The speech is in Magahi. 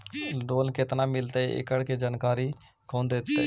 लोन केत्ना मिलतई एकड़ जानकारी कौन देता है?